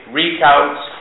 recounts